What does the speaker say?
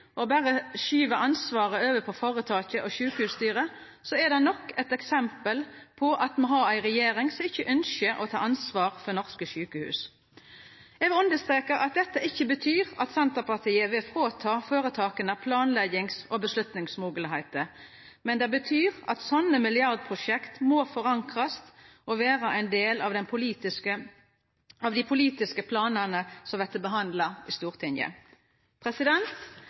og berre skyv ansvaret over på føretaket og sjukehusstyret, er det nok eit eksempel på at me har ei regjering som ikkje ønskjer å ta ansvar for norske sjukehus. Eg vil understreka at dette ikkje betyr at Senterpartiet vil ta frå føretaka planleggings- og avgjerdsmoglegheiter, men det betyr at sånne milliardprosjekt må verta forankra og vera ein del av dei politiske planane som vert behandla i Stortinget.